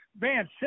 man